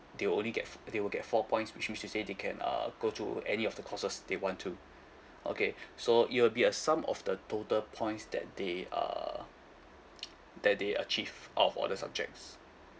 they will only get f~ they will get four points which means to say they can err go to any of the courses they want to okay so it will be a sum of the total points that they uh that they achieve out of all the subjects